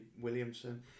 Williamson